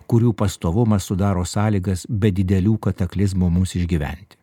kurių pastovumas sudaro sąlygas be didelių kataklizmų mums išgyventi